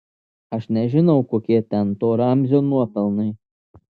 aš nežinau kokie ten to ramzio nuopelnai